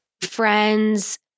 friends